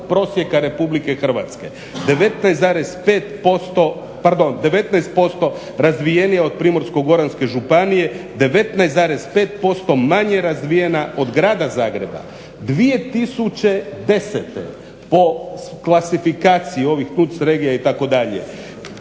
prosjeka Republike Hrvatske, 19% razvijenija od Primorsko-goranske županije, 19,5% manje razvijena od Grada Zagreba. 2010. po klasifikaciji ovih NUTS regija itd.